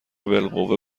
بالقوه